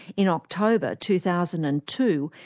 in october two thousand and two,